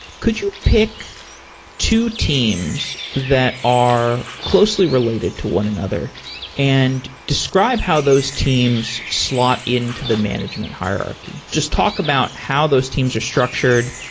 could you pick two teams that are closely related to one another and describe how those teams slot into the management hierarchy? just talk about how those teams are structured,